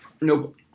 Nope